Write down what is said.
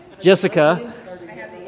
Jessica